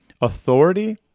authority